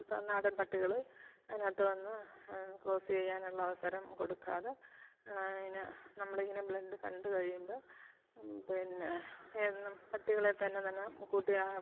നാടൻ പട്ടികൾ അതിനകത്ത് വന്ന് ക്രോസ്സ് ചെയ്യാനുള്ള അവസരം കൊടുക്കാതെ അതിന് നമ്മളിങ്ങനെ ബ്ലഡ്ഡ് കണ്ട് കഴിയുമ്പം പിന്നെ എന്നും പട്ടികളെ തന്നെ തന്നെ കൂട്ടിനാ